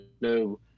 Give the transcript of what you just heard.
no